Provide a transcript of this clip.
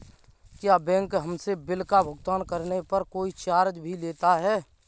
क्या बैंक हमसे बिल का भुगतान करने पर कोई चार्ज भी लेता है?